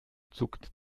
zuckt